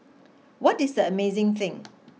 what is the amazing thing